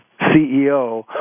CEO